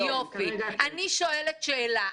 אני שואלת שאלה.